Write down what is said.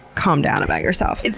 calm down about yourself.